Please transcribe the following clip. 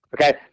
Okay